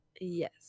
Yes